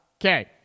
okay